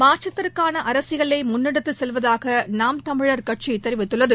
மாற்றத்திற்கான அரசியலை முன்னெடுத்துச் செல்வதாக நாம் தமிழர் கட்சி தெரிவித்துள்ளது